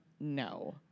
no